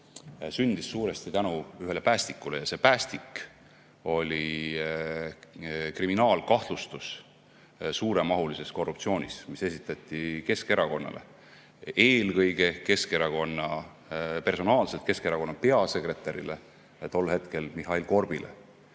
sündis suuresti tänu ühele päästikule. See päästik oli kriminaalkahtlustus suuremahulises korruptsioonis, mis esitati Keskerakonnale, eelkõige personaalselt Keskerakonna peasekretärile, tol hetkel Mihhail Korbile.